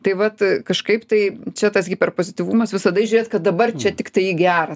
tai vat kažkaip tai čia tas hiperpozityvumas visada žiūrėt kad dabar čia tiktai į gera